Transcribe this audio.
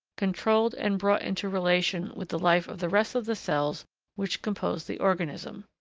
controlled and brought into relation with the life of the rest of the cells which compose the organism.